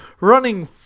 Running